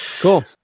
cool